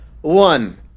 one